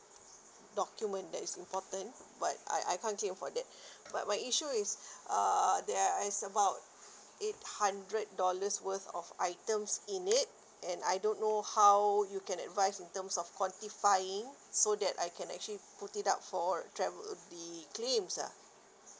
document that is important but I I can't claim for that but my issue is uh there are as about eight hundred dollars worth of items in it and I don't know how you can advise in terms of quantifying so that I can actually put it up for travel the claims ah